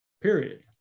period